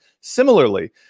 Similarly